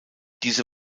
diese